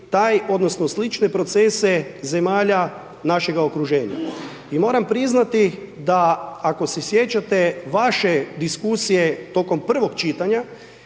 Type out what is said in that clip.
taj odnosno slične procese zemalja našega okruženja. I moram priznati da ako se sjećate vaše diskusije tokom prvog čitanja